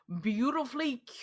beautifully